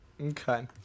Okay